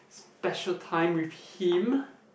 special time with him